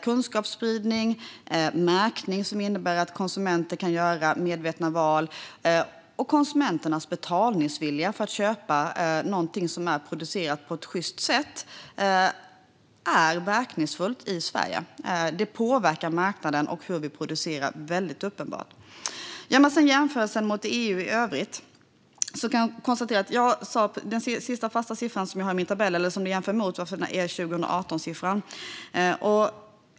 Kunskapsspridning, märkning som innebär att konsumenter kan göra medvetna val och konsumenternas betalningsvilja för att köpa någonting som är producerat på ett sjyst sätt är verkningsfullt i Sverige. Det påverkar väldigt uppenbart marknaden och hur vi producerar. Den sista fasta siffra jag har i min tabell är 2018-siffran.